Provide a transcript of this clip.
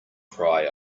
cry